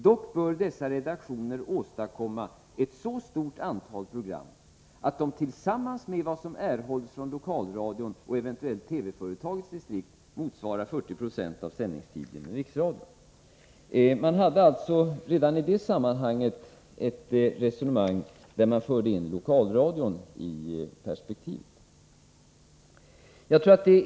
Dock bör dessa redaktioner åstadkomma ett så stort antal program att de tillsammans med vad som erhålls från lokalradion och eventuellt TV-företagets distrikt motsvarar 40 20 av sändningstiden i riksradion.” Man förde alltså redan i det sammanhanget ett resonemang som förde in Lokalradion i perspektivet.